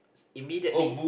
immediately